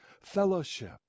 fellowship